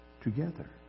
together